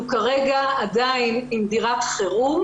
אנחנו כרגע עם דירת חירום.